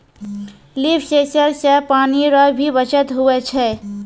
लिफ sensor से पानी रो भी बचत हुवै छै